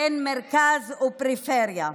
בין מרכז לפריפריה.